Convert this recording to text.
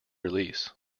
release